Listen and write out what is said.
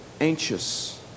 anxious